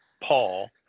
Paul